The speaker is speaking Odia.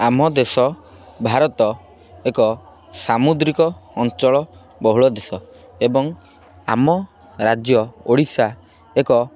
ଆମ ଦେଶ ଭାରତ ଏକ ସାମୁଦ୍ରିକ ଅଞ୍ଚଳ ବହୁଳ ଦେଶ ଏବଂ ଆମ ରାଜ୍ୟ ଓଡ଼ିଶା ଏକ